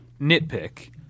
nitpick